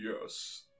Yes